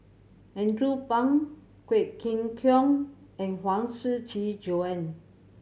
Andrew Phang Quek Ling Kiong and Huang Shiqi Joan